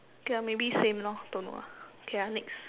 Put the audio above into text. okay ah maybe same lor don't know ah okay ah next